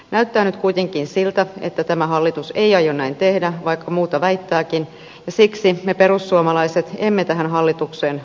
näyttää nyt kuitenkin siltä että tämä hallitus ei aio näin tehdä vaikka muuta väittääkin ja siksi me perussuomalaiset emme tähän hallitukseen voi luottaa